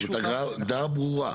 הודעה ברורה.